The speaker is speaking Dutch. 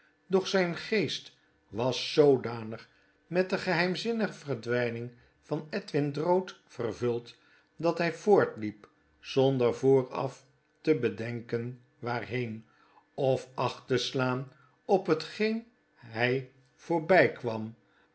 doch zyn geest was zoodanig met de geheimzinnige verdwijning van edwin drood vervuld dat hy voort liep zonder vooraf te bedenken waarheen of acht te slaan op hetgeen hy voorbykwam